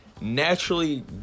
naturally